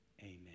Amen